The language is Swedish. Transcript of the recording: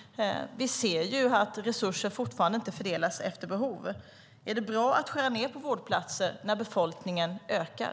Vi ser ju att resurser fortfarande inte fördelas efter behov. Är det bra att skära ned på vårdplatser när befolkningen ökar?